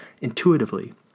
intuitively